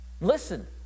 Listen